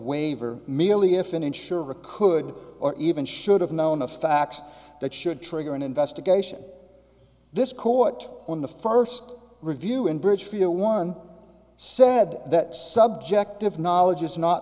waiver merely if an insurer could or even should have known the facts that should trigger an investigation this court on the first review in bridge for one said that subjective knowledge is not